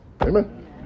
Amen